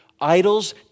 Idols